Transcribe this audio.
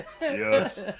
Yes